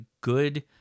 good